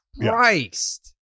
Christ